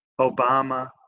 Obama